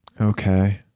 Okay